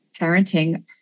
parenting